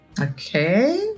Okay